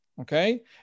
okay